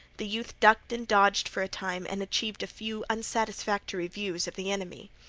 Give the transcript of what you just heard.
the youth ducked and dodged for a time and achieved a few unsatisfactory views of the enemy.